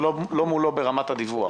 זה לא מולו ברמת הדיווח.